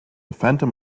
phantom